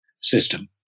system